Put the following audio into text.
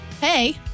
Hey